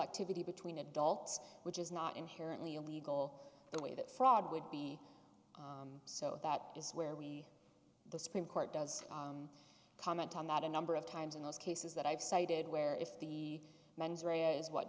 activity between adults which is not inherently illegal the way that fraud would be so that is where we the supreme court does comment on that a number of times in those cases that i've cited where if the mens rea is what